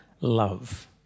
love